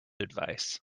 advice